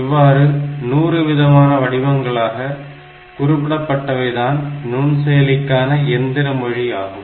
இவ்வாறு 100 விதமான வடிவங்களாக குறிப்பிடப்பட்டவைதான் நுண்செயலிக்கான எந்திர மொழி ஆகும்